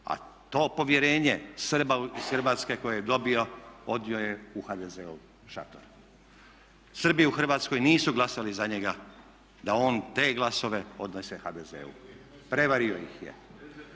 a to povjerenje Srba iz Hrvatske koje je dobio odnio je u HDZ-ov šator. Srbi u Hrvatskoj nisu glasali za njega da on te glasove odnese HDZ-u. Prevario ih je.